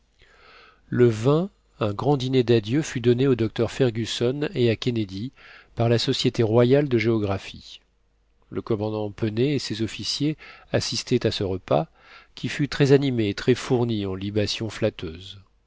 le un grand dîner d'adieu fut donné au docteur fergusson et à kennedy par la société royale de géographie le commandant pennet et ses officiers assistaient à ce repas qui fut très animé et très fourni en libations flatteuses